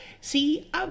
See